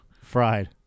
Fried